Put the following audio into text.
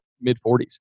mid-40s